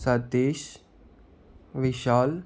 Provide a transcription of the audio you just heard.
Satish Vishal